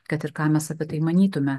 kad ir ką mes apie tai manytume